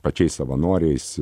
pačiais savanoriais